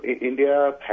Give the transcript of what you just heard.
India